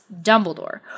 Dumbledore